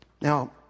Now